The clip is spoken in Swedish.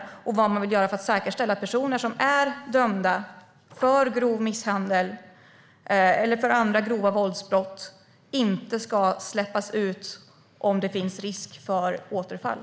Min andra fråga är: Vad kan man göra för att säkerställa att personer som är dömda för grov misshandel eller andra grova våldsbrott inte ska släppas ut om det finns risk för återfall?